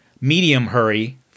Medium-hurry